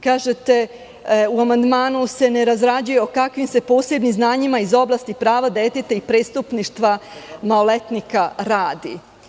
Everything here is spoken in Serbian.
Kažete – u amandmanu se ne razrađuje o kakvim se posebnim znanjima iz oblasti prava deteta i prestupništva maloletnika radi.